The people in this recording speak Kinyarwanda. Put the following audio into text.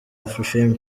afrifame